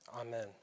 Amen